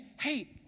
hey